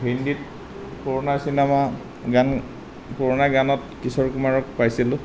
হিন্দীত পুৰণা চিনেমা গান পুৰণা গানত কিশোৰ কুমাৰক পাইছিলোঁ